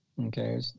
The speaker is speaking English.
okay